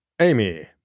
Amy